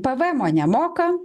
p v emo nemoka